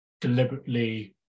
deliberately